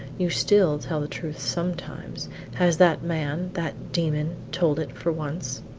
you still tell the truth sometimes has that man that demon told it for once?